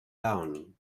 down